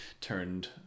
Turned